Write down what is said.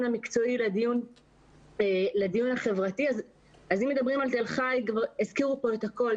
המקצועי לדיון החברתי אז הזכירו את הכול.